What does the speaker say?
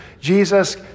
Jesus